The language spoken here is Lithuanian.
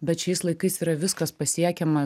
bet šiais laikais yra viskas pasiekiama